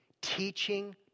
teaching